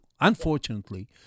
Unfortunately